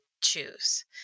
choose